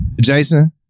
Jason